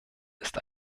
ist